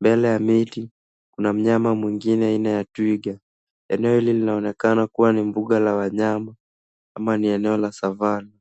Mbele ya miti kuna mnyama mwingine aina ya twiga. Eneo hili linaonekana kuwa ni mbuga la wanyama ama ni eneo la savannah.